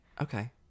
okay